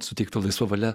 suteikta laisva valia